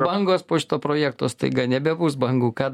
bangos po šito projekto staiga nebebus bangų ką